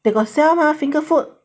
they got sell mah finger food